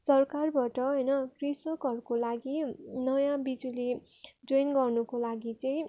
सरकारबाट होइन कृषकहरूको लागि नयाँ बिजुली जोइन गर्नुको लागि चाहिँ